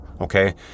Okay